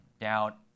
doubt